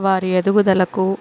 వారి ఎదుగుదలకు